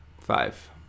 Five